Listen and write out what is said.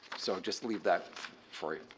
so just leave that for you.